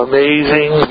Amazing